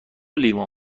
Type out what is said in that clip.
لیوان